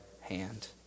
hand